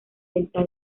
delta